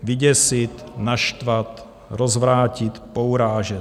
Vyděsit, naštvat, rozvrátit, pourážet.